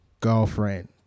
Girlfriend